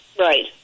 Right